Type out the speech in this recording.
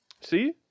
See